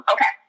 Okay